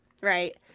right